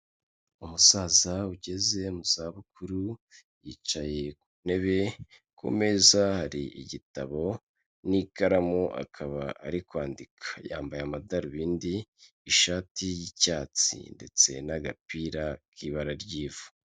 Umusaza ugeze mu zabukuru yicaye ku ntebe, ku meza hari igitabo n'ikaramu akaba ari kwandika, yambaye amadarubindi, ishati y'icyatsi ndetse n'agapira k'ibara ry'ivu.